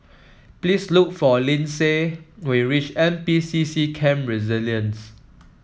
please look for Lyndsay when you reach N P C C Camp Resilience